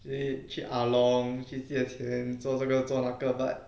会去 ah long 去借钱做这个做那个 but